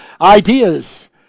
ideas